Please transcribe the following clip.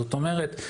זאת אומרת,